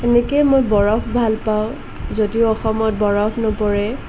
তেনেকেই মই বৰফ ভালপাওঁ যদিও অসমত বৰফ নপৰে